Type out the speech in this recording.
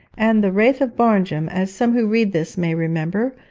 and the wraith of barnjum, as some who read this may remember,